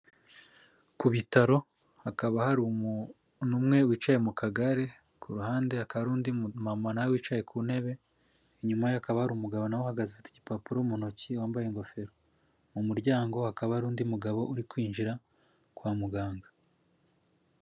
Ku bitaro, hakaba hari umuntu umwe wicaye mu kagare, ku ruhande hakaba undi mumama na we wicaye ku ntebe, inyuma ye hakaba hari umugabo na we uhagaze ufite igipapuro mu ntoki wambaye ingofero, mu muryango hakaba hari undi mugabo uri kwinjira kwa muganga.